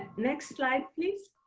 next slide, please.